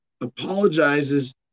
apologizes